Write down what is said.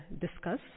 discuss